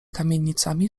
kamienicami